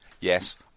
yes